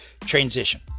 transition